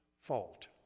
fault